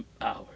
Hours